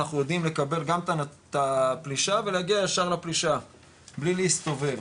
אנחנו יודעים לקבל גם את הפלישה ולהגיע ישר לפלישה בלי להסתובב.